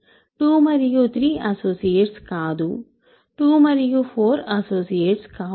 2 మరియు 3 అసోసియేట్స్ కాదు 2 మరియు 4 అసోసియేట్స్ కావు